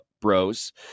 bros